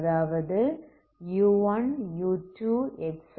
அதாவது u1 u2